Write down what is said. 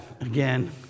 again